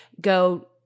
go